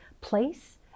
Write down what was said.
place